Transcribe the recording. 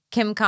Kim